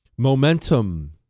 Momentum